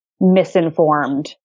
misinformed